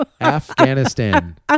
Afghanistan